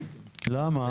למה?